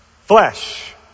Flesh